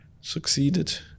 succeeded